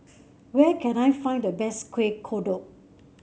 where can I find the best Kuih Kodok